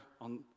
on